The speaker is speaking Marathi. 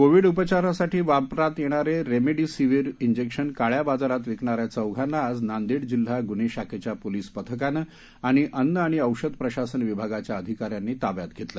कोविड उपचारासाठी वापरात येणारे रेमडीसीवीर ज़िक्शन काळ्या बाजारात विकणाऱ्या चौघांना आज नांदेड जिल्हा गुन्हे शाखेच्या पोलिस पथकानं आणि अन्न आणि औषध प्रशासन विभागाच्या अधिकाऱ्यांनी ताब्यात घेतलं